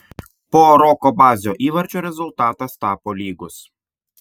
po roko bazio įvarčio rezultatas tapo lygus